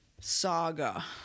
saga